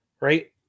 right